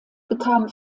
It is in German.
bekam